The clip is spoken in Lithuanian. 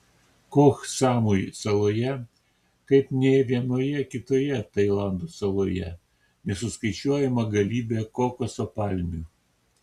koh samui saloje kaip nė vienoje kitoje tailando saloje nesuskaičiuojama galybė kokoso palmių